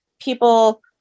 people